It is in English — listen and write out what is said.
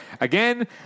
again